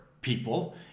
people